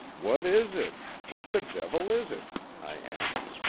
what is it? what the devil is it i asked.